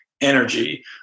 energy